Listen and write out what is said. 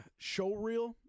showreel